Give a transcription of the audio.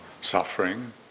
suffering